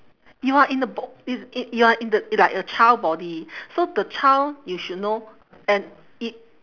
you are in the bo~ in in you are in the like a child body so the child you should know and it